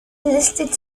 listed